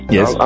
Yes